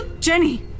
Jenny